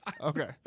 okay